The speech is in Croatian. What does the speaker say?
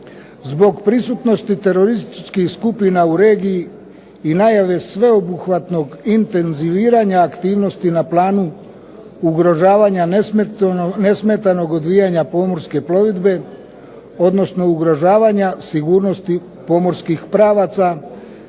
Zbog prisutnosti terorističkih skupina u regiji i najave sveobuhvatnog intenziviranja aktivnosti na planu ugrožavanja nesmetanog odvijanja pomorske plovidbe, odnosno ugrožavanja sigurnosti pomorskih pravaca